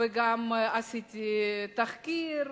וגם עשיתי תחקיר,